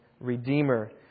redeemer